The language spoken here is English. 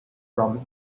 from